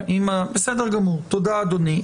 תודה, אדוני.